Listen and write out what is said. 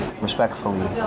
respectfully